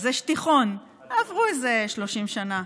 זה שטיחון, עברו איזה 30 שנה.